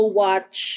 watch